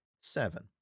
seven